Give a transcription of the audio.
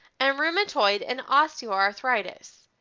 and rheumatoid and osteoarthritis.